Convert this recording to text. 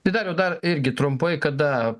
tai dariau dar irgi trumpai kada